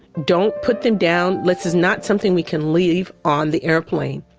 don't put them down. let's is not something we can leave on the airplane